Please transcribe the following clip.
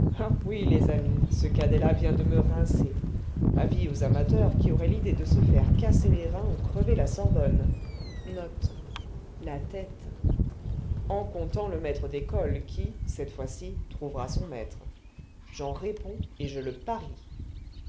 oui les amis ce cadet là vient de me rincer avis aux amateurs qui auraient l'idée de se faire casser les reins ou crever la sorbonne en comptant le maître d'école qui cette fois-ci trouvera son maître j'en réponds et je le parie